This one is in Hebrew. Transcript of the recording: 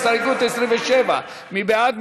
הסתייגות 27, מי בעד?